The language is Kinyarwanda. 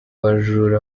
bajura